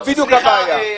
מזהה?